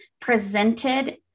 presented